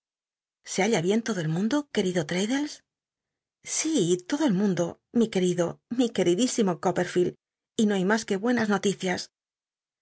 se halla bien todo el mundo c ucrido traddlcs si lodo el mundo mi quel'iclo mi c nel'idísimo copperfield y no hay mas c ue buenas noticias